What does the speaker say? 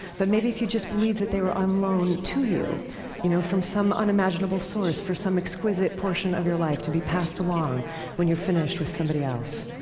but maybe if you just believed that they were on loan to you you know from some unimaginable source for some exquisite portion of your life to be passed along when you're finished, with somebody else.